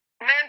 men